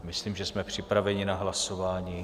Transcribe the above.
Myslím, že jsme připraveni na hlasování.